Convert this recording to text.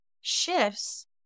shifts